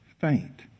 faint